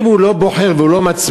אם הוא לא בוחר והוא לא מצביע,